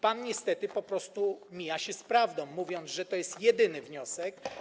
Pan niestety po prostu mija się z prawdą, mówiąc, że to jest jedyny wniosek.